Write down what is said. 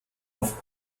auf